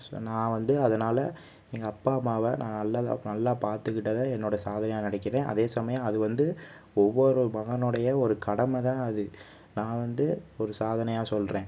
so நான் வந்து அதனால் எங்கள் அப்பா அம்மாவை நான் நல்லதாக நல்லா பார்த்துகிட்டதே என்னோடய சாதனையாக நினைக்கறேன் அதே சமயம் அது வந்து ஒவ்வொரு மகனுடைய ஒரு கடமை தான் அது நான் வந்து ஒரு சாதனையாக சொல்கிறேன்